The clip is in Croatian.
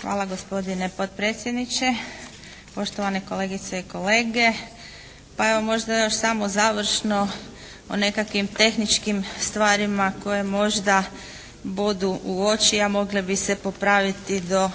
Hvala gospodine potpredsjedniče, poštovane kolegice i kolege. Pa evo, možda još samo završno o nekakvim tehničkim stvarima koje možda bodu u oči a mogle bi se popraviti do